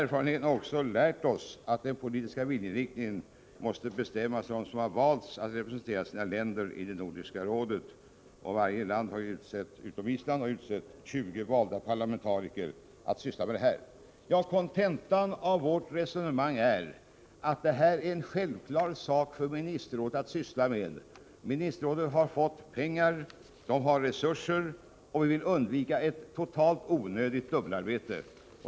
Erfarenheten har lärt oss att den politiska viljeinriktningen måste bestämmas av dem som valts att representera sina länder i Nordiska rådet — varje land, utom Island, representeras av 20 valda parlamentariker. Kontentan av vårt resonemang är att detta arbete är en självklar uppgift för Ministerrådet. Ministerrådet har också ekonomiska resurser för detta. Vi vill undvika ett totalt onödigt dubbelarbete.